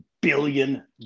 billion